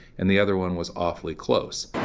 and the other one was awfully close.